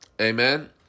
Amen